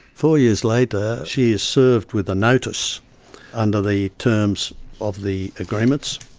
four years later she is served with a notice under the terms of the agreements,